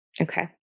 Okay